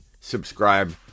subscribe